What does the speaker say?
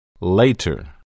Later